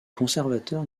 conservateurs